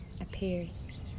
appears